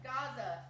Gaza